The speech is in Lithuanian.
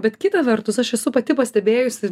bet kita vertus aš esu pati pastebėjusi